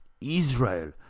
Israel